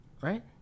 right